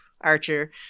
archer